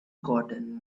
gotten